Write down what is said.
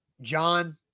John